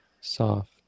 soft